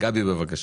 גבי בבקשה.